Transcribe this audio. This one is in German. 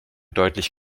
deutlich